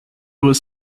was